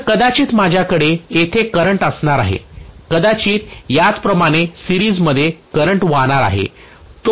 तर कदाचित माझ्याकडे येथे असे करंट वाहणार आहे कदाचित याचप्रमाणे सिरीज मध्ये करंट वाहणार आहे तोच करंट इथे वाहील